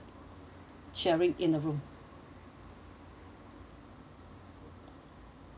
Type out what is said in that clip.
sharing in the room